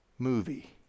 movie